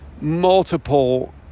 multiple